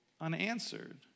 unanswered